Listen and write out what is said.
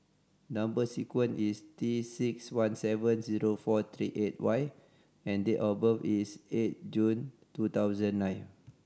number sequence is T six one seven zero four three eight Y and date of birth is eight June two thousand and nine